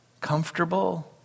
comfortable